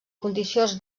condicions